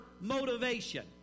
motivation